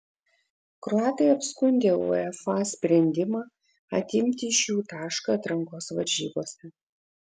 kroatai apskundė uefa sprendimą atimti iš jų tašką atrankos varžybose